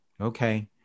Okay